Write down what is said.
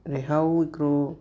रिहाऊ हिकिड़ो